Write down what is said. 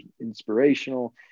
inspirational